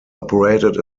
operated